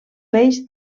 peix